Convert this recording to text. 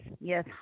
Yes